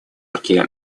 йорке